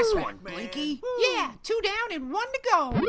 one. but yeah, two down and one to go.